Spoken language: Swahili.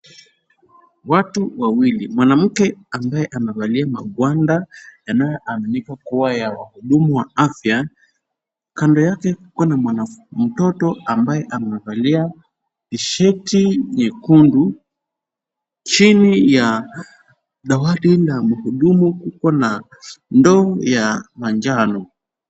Watu wawili, mwanamke ambaye amevalia mangwanda yanayo aminika kuwa ya wahudumu wa afya. Kando yake kuko na mtoto ambaye amevalia tsheti nyekundu. Chini ya dawati la muhudumu kuko na ndoo ya manjano.